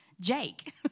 Jake